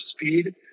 speed